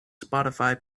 spotify